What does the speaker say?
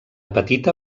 petita